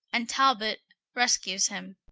and talbot rescues him.